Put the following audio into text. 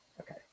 okay